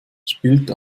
spielt